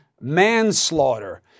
manslaughter